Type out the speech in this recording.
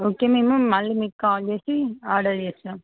okay మేము మళ్ళీ మీకు కాల్ చేసి ఆర్డరు చేస్తాం